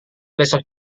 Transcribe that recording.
besok